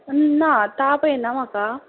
ना ताप येना म्हाका